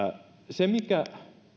se mikä